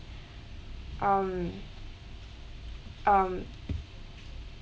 um um